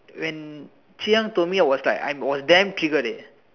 when Zhi-Yang told me I was like I was damm triggered eh